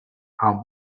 how